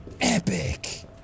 Epic